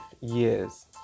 years